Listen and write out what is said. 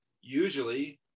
usually